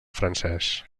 francesc